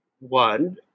One